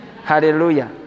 hallelujah